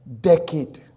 decade